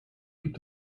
gibt